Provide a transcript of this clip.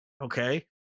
Okay